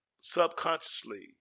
Subconsciously